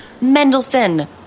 Mendelssohn